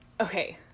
okay